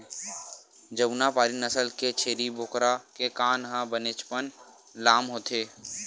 जमुनापारी नसल के छेरी बोकरा के कान ह बनेचपन लाम होथे